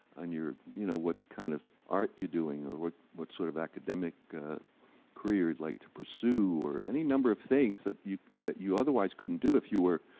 and you know, what kind of art you're doing, or what what sort of academic career you'd like to pursue, or any number of things that you that you otherwise couldn't do if you were,